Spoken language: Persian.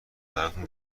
براتون